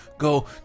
go